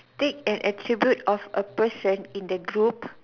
take an attribute of a person in the group